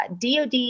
DoD